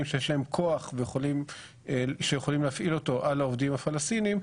שיש להם כוח ושיכולים להפעיל אותו על העובדים הפלסטינים,